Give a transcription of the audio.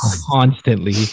constantly